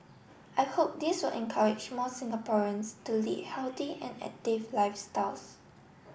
I hope this will encourage more Singaporeans to lead healthy and active lifestyles